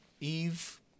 Eve